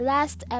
Last